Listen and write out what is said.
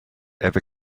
ever